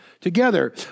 together